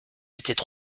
étaient